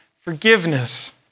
forgiveness